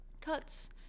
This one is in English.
cuts